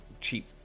cheap